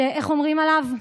שאיך אומרים עליו,